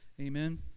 Amen